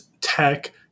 tech